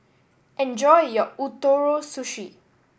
enjoy your Ootoro Sushi